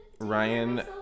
Ryan